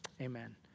amen